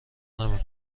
نمی